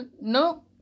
No